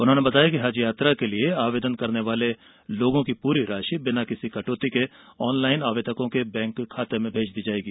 उन्होंने बताया कि हजयात्रा के लिए आवेदन करने वाले लोगों की पूरी राशि बिना किसी कटौती के ऑनलाइन आवेदकों के बैंक खातों में भेज दी जाएगी